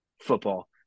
football